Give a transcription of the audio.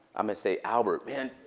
i might say, albert, man,